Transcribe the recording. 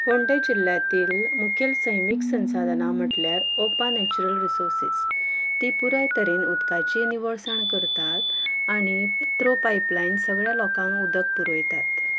फोंडें जिल्ल्यांतील मुखेल सैमीक संसाधनां म्हटल्यार ओपा नॅच्युरल रिसोर्सीस ती पुराय तरेन उदकाची निवळसाण करतात आनी थ्रो पायपलायन सगल्या लोकांक उदक पुरयतात